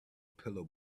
pillar